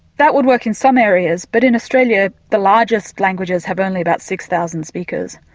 that would work in some areas but in australia the largest languages have only about six thousand speakers.